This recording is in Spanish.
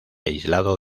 aislado